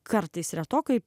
kartais retokai